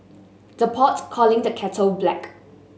the pot calling the kettle black